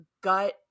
gut